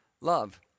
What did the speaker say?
love